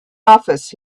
office